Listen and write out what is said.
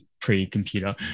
pre-computer